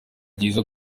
byiza